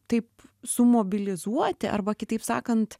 taip sumobilizuoti arba kitaip sakant